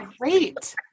great